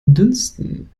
dünsten